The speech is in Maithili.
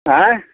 आँय